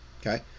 Okay